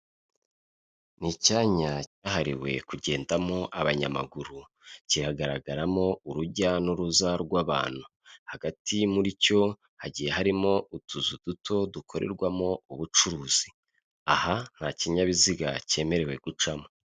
Ni icyanya cyahariwe kugendamo abanyamaguru, kiragaragaramo urujya n'uruza rw'abantu, hagati muri cyo hagiye harimo utuzu duto dukorerwamo ubucuruzi, aha nta kinyabiziga cyemerewe gucamo.